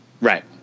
Right